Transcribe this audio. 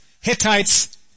Hittites